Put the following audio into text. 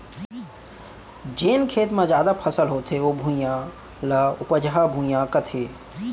जेन खेत म जादा फसल होथे ओ भुइयां, ल उपजहा भुइयां कथें